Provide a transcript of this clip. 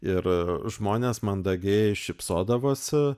ir žmonės mandagiai šypsodavosi